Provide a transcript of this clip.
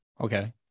Okay